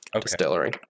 distillery